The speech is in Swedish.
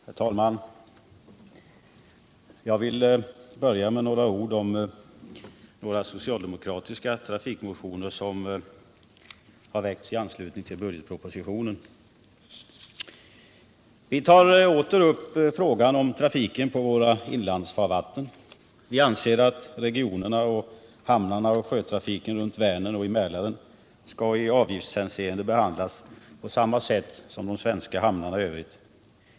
Herr talman! Jag vill börja med att säga några ord om ett par socialdemokratiska trafikmotioner som väckts i anslutning till budgetpropositionen. Vi tar åter upp frågan om trafiken på våra inlandsfarvatten. Enligt vår åsikt skall regionerna och hamnarna samt sjötrafiken runt Vänern och i Mälaren i avgiftshänseende behandlas på samma sätt som de svenska hamnarna i övrigt.